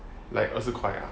like 二十块呀